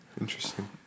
Interesting